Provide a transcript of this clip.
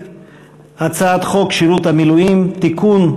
את הצעת חוק שירות המילואים (תיקון,